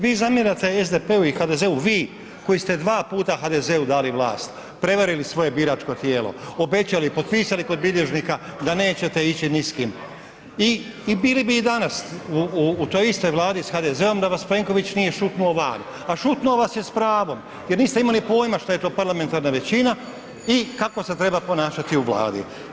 Vi zamjerate SDP-u i HDZ-u, vi koji ste dva puta HDZ-u dali vlast, prevarili svoj biračko tijelo, obećali, potpisali kod bilježnika da nećete ići ni s kim i bili i danas u toj istoj Vladi s HDZ-om da vas Plenković nije šutnuo van, a šutnuo vas je s pravom jer niste imali poima šta je to parlamentarna većina i kako se treba ponašati u Vladi.